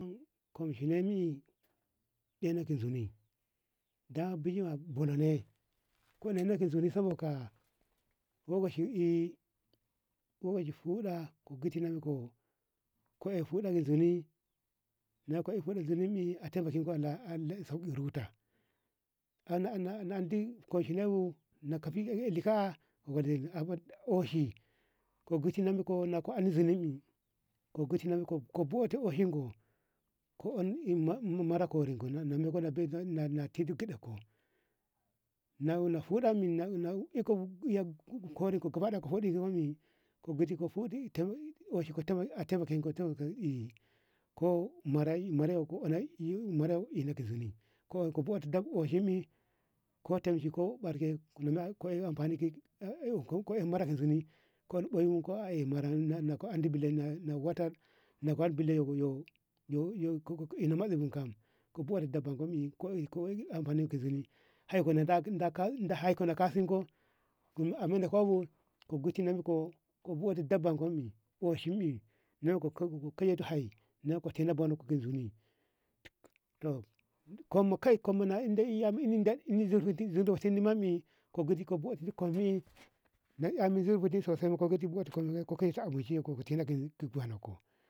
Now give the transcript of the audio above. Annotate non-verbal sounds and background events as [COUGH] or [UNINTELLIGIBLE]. komshene me ɗeinoh ki zuni da bijima a balo ne ko neneke zoni soba ka wowo shi eh' ko eh shi huɗa ko giti non ko ko eh huɗa ke zoni nako eh ko huda zoni nako eh ko, [UNINTELLIGIBLE] huda zoni eh allah sauki ruta na andi komshine bu naka fi lika'a oshi ko giti non ko nonko andi zunubi ko giti nonko ko buti oshin go ko onno mara koringo na tina gyaɗe ko na iko kurin ko gabadaya ka huda ko giti oshiko a tamaketino ko marai a ino ga zoni ko buti oshi eh ko tamshi ko barke ko ino marai ko ina ko mara ka zoni ko ɓoyin ko ka ae mara na ko ande bilim bilena bu ko ino matsi bu kam ko buti daba kome ko iko amfanika zoni hae kona kasingo ko mino kobo ko giti non ko; ko buti daban ko me oshi me ka eto hi ka tina bune ko ka zoni to kai kum na ina inde kum inde zurfinti meme ko giti ko boititi kum ye na ina zurfiti sosai bo ko kai ko boti kum ko tinati buno ko.